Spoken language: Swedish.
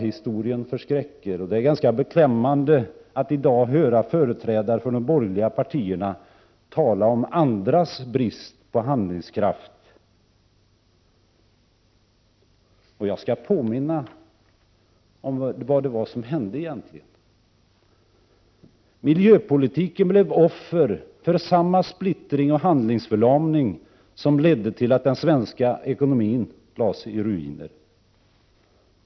Historien förskräcker, och det är ganska beklämmande att i dag höra företrädare för de borgerliga partierna tala om andras brist på handlingskraft. Jag skall påminna om vad det var som egentligen hände. Miljöpolitiken blev offer för samma splittring och handlingsförlamning som ledde till att den svenska ekonomin lades i ruiner.